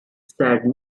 said